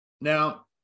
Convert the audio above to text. Now